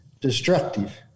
destructive